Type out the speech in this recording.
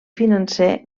financer